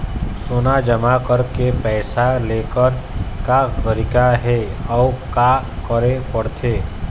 सोना जमा करके पैसा लेकर का तरीका हे अउ का करे पड़थे?